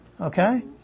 okay